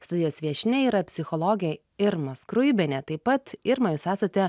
studijos viešnia yra psichologė irma skruibienė taip pat irma jūs esate